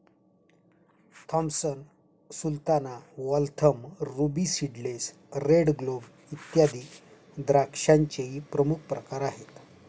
Thompson sultana, Waltham, ruby seedless, red globe, इत्यादी द्राक्षांचेही प्रमुख प्रकार आहेत